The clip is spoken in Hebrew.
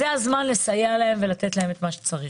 זה הזמן לסייע לו ולתת לו מה שצריך.